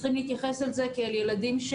מתייחסים.